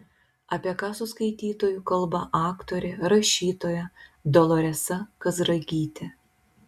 apie ką su skaitytoju kalba aktorė rašytoja doloresa kazragytė